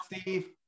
Steve